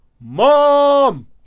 Mom